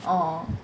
!aww!